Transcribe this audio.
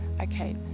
Okay